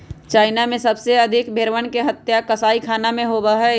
China में सबसे अधिक भेंड़वन के हत्या कसाईखाना में होबा हई